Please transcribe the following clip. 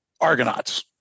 Argonauts